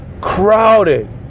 crowded